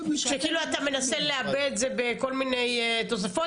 שכאילו אתה מנסה לעבות את זה בכל מיני תוספות,